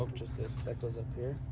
just this. that goes up here.